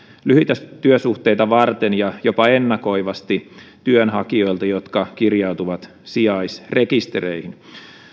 lyhyitä työsuhteita varten ja jopa ennakoivasti työnhakijoilta jotka kirjautuvat sijaisrekistereihin